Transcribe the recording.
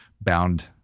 bound